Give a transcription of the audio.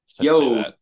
yo